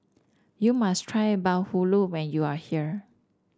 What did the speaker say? you must try Bahulu when you are here